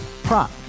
Prop